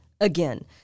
again